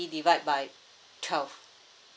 divide by twelve